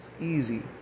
easy